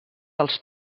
als